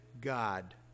God